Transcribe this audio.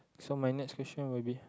so my next question will be